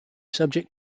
subject